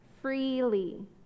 Freely